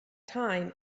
time